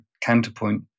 counterpoint